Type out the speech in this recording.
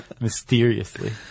mysteriously